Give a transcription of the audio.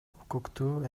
укуктуу